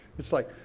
it's like,